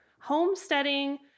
Homesteading